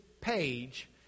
page